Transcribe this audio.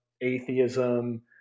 atheism